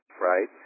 right